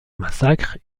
massacre